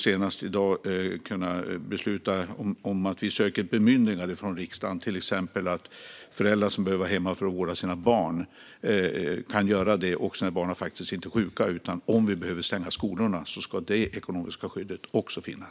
Senast i dag har vi beslutat att söka bemyndigande från riksdagen så att föräldrar som behöver vara hemma för att vårda sina barn kan göra det också när barnen faktiskt inte är sjuka. Om vi behöver stänga skolorna så ska också det ekonomiska skyddet finnas.